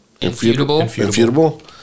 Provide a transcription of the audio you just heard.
Infutable